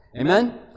Amen